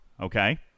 okay